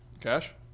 Cash